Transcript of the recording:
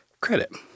credit